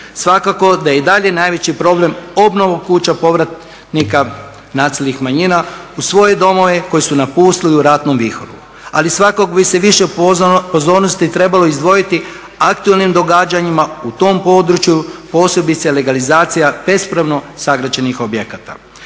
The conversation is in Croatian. Svakako da je i dalje najveći problem obnova kuća povratnika nacionalnih manjina u svoje domove koje su napustili u ratnom vihoru, ali svakako bi se više pozornost trebalo izdvojiti aktualnim događanjima u tom području posebice legalizacija bespravno sagrađenih objekata.